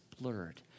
blurred